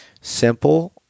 simple